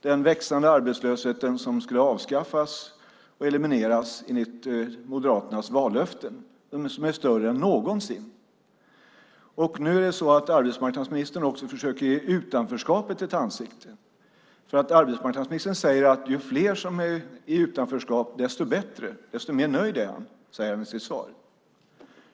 Den växande arbetslösheten som skulle avskaffas och elimineras enligt Moderaternas vallöften är nu större än någonsin. Nu försöker arbetsmarknadsministern också ge utanförskapet ett ansikte, för arbetsmarknadsministern säger att ju fler som är i utanförskap desto bättre, desto mer nöjd är han, säger han i sitt svar.